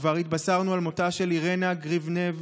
וכבר התבשרנו על מותה של אירנה גריבנב,